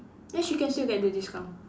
then she can still get the discount